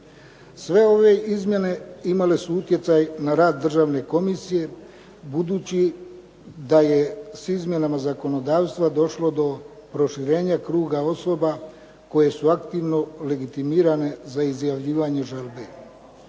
Sve ove izmjene imale su utjecaj na rad državne komisije, budući da je s izmjenama zakonodavstva došlo do proširenja kruga osoba koje su aktivno legitimirane za izjavljivanje žalbe.